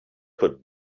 could